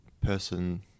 person